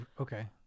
okay